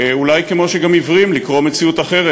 אולי כמו שגם עיוורים לקרוא מציאות אחרת,